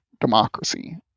democracy